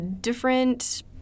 different